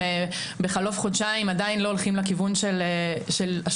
שבחלוף חודשיים עדיין לא הולכים לכיוון של אשרות